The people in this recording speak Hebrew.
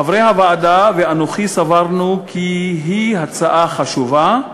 חברי הוועדה ואנוכי סברנו כי זו הצעה חשובה,